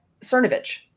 cernovich